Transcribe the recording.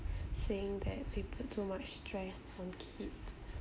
saying that they put too much stress on kids